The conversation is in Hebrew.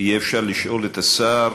יהיה אפשר לשאול את השר,